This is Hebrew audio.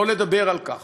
לא לדבר על כך,